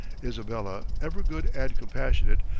isabella, ever good and compassionate,